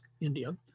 India